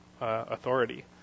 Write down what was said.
authority